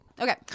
Okay